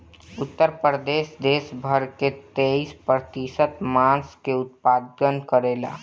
उत्तर प्रदेश देस भर कअ तेईस प्रतिशत मांस कअ उत्पादन करेला